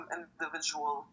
individual